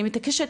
אני מתעקשת,